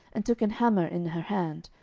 and took an hammer in her hand,